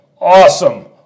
awesome